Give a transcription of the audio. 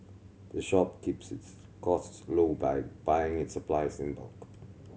the shop keeps its costs low by buying its supplies in bulk